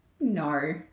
no